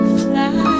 fly